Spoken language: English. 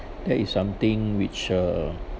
that is something which uh